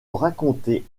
racontée